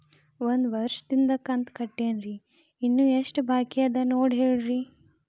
ಒಂದು ವರ್ಷದಿಂದ ಕಂತ ಕಟ್ಟೇನ್ರಿ ಇನ್ನು ಎಷ್ಟ ಬಾಕಿ ಅದ ನೋಡಿ ಹೇಳ್ರಿ